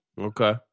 Okay